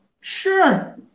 Sure